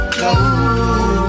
close